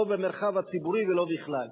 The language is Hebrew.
לא במרחב הציבורי ולא בכלל,